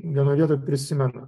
vienoj vietoj prisimena